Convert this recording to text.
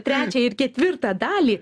trečią ir ketvirtą dalį